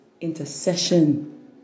intercession